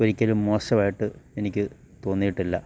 ഒരിക്കലും മോശമായിട്ട് എനിക്ക് തോന്നീട്ടില്ല